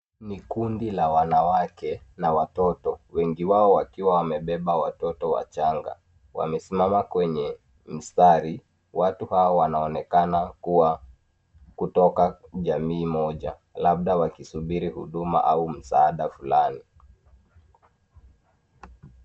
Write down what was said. Ni kundi la wanawake na watoto, wengi wao wakiwa wakiwa wamebeba watoto wachanga. Wamesimama kwenye mstari. Watu hao wanaonekana kuwa kutoka jamii moja labda wakisubiri huduma au msaada fulani.